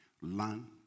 Learn